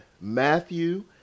matthew